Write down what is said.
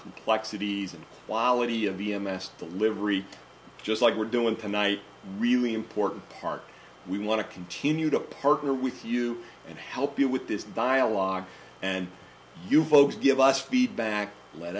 complexities and quality of v m s the livery just like we're doing tonight really important part we want to continue to partner with you and help you with this dialogue and you folks give us feedback let